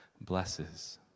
blesses